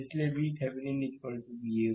इसलिए VThevenin Voc